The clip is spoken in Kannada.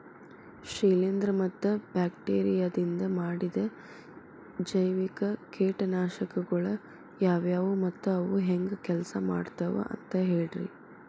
ಶಿಲೇಂಧ್ರ ಮತ್ತ ಬ್ಯಾಕ್ಟೇರಿಯದಿಂದ ಮಾಡಿದ ಜೈವಿಕ ಕೇಟನಾಶಕಗೊಳ ಯಾವ್ಯಾವು ಮತ್ತ ಅವು ಹೆಂಗ್ ಕೆಲ್ಸ ಮಾಡ್ತಾವ ಅಂತ ಹೇಳ್ರಿ?